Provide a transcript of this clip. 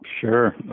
Sure